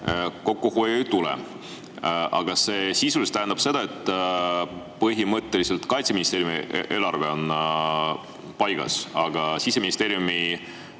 kokkuhoidu ei tule. Aga see sisuliselt tähendab seda, et põhimõtteliselt Kaitseministeeriumi eelarve on paigas, aga Siseministeeriumi